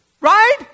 Right